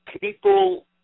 people